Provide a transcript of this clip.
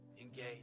Engage